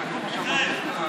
מיכאל.